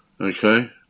Okay